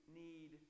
need